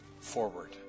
forward